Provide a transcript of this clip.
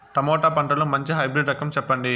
Tomato పంటలో మంచి hybrid రకం చెప్పండి?